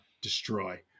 destroy